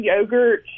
yogurt